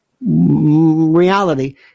reality